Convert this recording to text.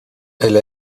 elle